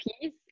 piece